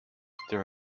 there